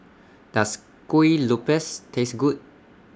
Does Kuih Lopes Taste Good